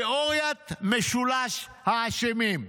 תיאוריית משולש האשמים.